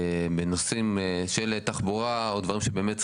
בנושאים של תחבורה או דברים שבאמת צריכים,